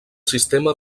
sistema